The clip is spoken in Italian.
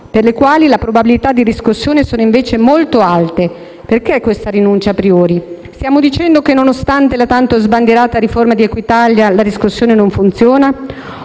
per le quali le probabilità di riscossione sono invece molto alte. Perché questa rinuncia a priori? Stiamo dicendo che nonostante la tanto sbandierata riforma di Equitalia la riscossione non funziona?